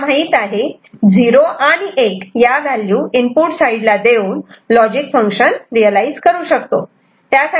तुम्हाला माहित आहे 0 आणि 1 ह्या व्हॅल्यू इनपुट साईडला देऊन लॉजिक फंक्शन रियलायझ करू शकतो